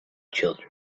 children